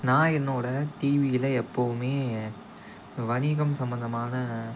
நான் என்னோட டிவியில் எப்போதுமே வணிகம் சம்மந்தமான